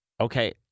Okay